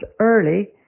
early